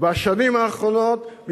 בשנים האחרונות,